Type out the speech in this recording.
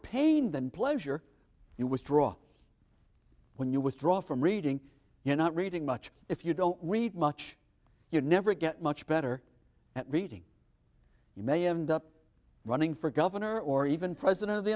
pain than pleasure you withdraw when you withdraw from reading you're not reading much if you don't read much you never get much better at reading you may end up running for governor or even president of the